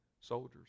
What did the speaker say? soldiers